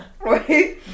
Right